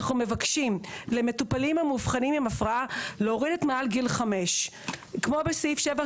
אנחנו מבקשים להוריד את "מעל גיל 5"; כמו בסעיף 7,